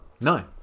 No